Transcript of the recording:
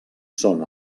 són